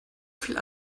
viel